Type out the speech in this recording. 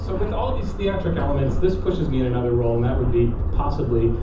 so with all these theatric elements, this pushes me in another role, and that would be, possibly,